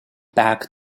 back